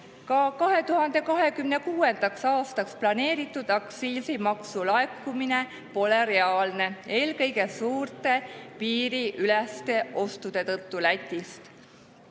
Ka 2026. aastaks planeeritud aktsiisimaksu laekumine pole reaalne, eelkõige suurte piiriüleste ostude tõttu Lätist.